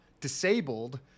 disabled